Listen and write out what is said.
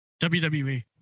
WWE